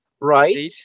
right